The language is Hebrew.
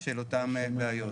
של אותן בעיות.